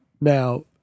now